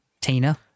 Tina